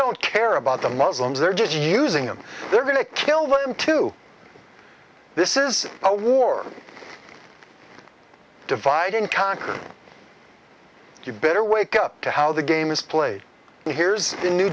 don't care about the muslims they're just using them they're going to kill them too this is a war divide and conquer you better wake up to how the game is played and here's the new